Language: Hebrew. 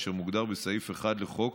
אשר מוגדר בסעיף 1 לחוק